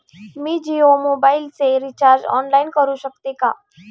मी जियो मोबाइलचे recharge online करू शकते का?